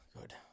Good